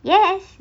yes